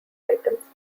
items